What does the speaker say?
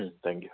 thank you